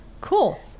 Cool